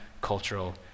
cultural